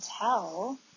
tell